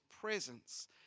presence